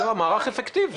לא, המערך אפקטיבי.